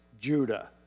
Judah